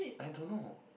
I don't know